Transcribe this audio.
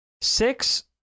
Six